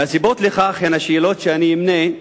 והסיבות לכך הן השאלות שאמנה,